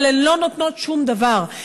אבל הן לא נותנות שום דבר.